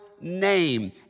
name